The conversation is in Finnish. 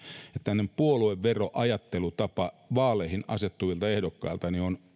tämmöinen puolueveroajattelutapa vaaleihin asettuvilta ehdokkailta on